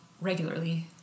regularly